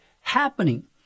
happening